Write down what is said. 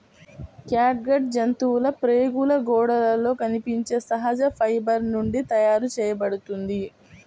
catgut జంతువుల ప్రేగుల గోడలలో కనిపించే సహజ ఫైబర్ నుండి తయారు చేయబడుతుంది